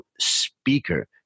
speaker